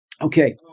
Okay